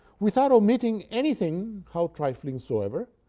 without omitting anything how trifling soever,